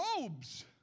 robes